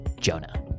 Jonah